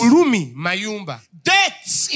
Deaths